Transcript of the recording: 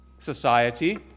society